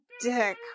dick